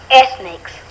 ethnics